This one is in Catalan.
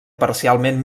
parcialment